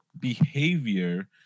behavior